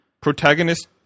Protagonist